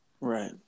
Right